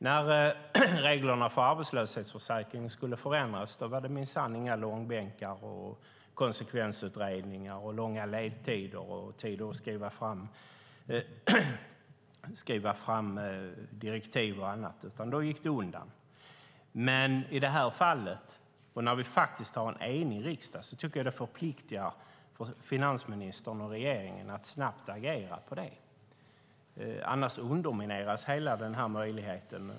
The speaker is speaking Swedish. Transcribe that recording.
När reglerna för arbetslöshetsförsäkringen skulle förändras var det minsann inga långbänkar, konsekvensutredningar, långa ledtider och långa tider för att skriva direktiv och annat, utan då gick det undan. I det här fallet har vi en enig riksdag, och det tycker jag förpliktar finansministern och regeringen att agera snabbt. Annars undermineras hela denna möjlighet.